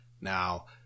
Now